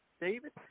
David